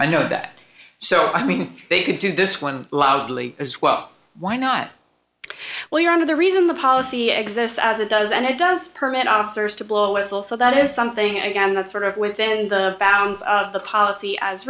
i know that so i mean they could do this one loudly as well why not well your honor the reason the policy exists as it does and it does permit officers to blow a whistle so that is something i am not sort of within the bounds of the policy as